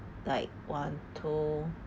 like one two